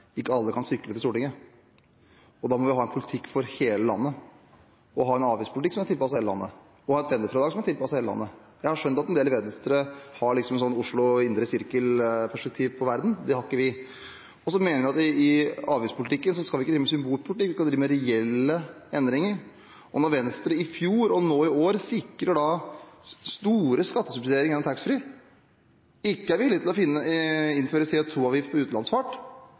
ikke alle kan sykle til Stortinget. Da må vi ha en politikk for hele landet, ha en avgiftspolitikk som er tilpasset hele landet, og ha et pendlerfradrag som er tilpasset hele landet. Jeg har skjønt at en del i Venstre har et «indre sirkel av Oslo»-perspektiv på verden. Det har ikke vi. Vi mener at vi ikke skal drive med symbolpolitikk i avgiftspolitikken. Vi skal drive med reelle endringer. Når Venstre i fjor og nå i år sikrer store skattesubsidieringer av taxfree og ikke er villige til å innføre CO2-avgift på utenlandsfart